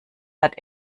hat